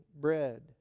bread